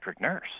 nurse